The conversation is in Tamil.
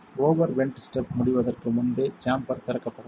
ஓவர் வென்ட் ஸ்டெப் முடிவதற்கு முன்பே சேம்பர் திறக்கப்படலாம்